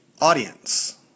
audience